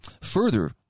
Further